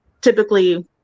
typically